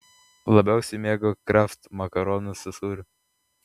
labiausiai mėgo kraft makaronus su sūriu